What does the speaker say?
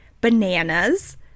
bananas